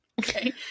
okay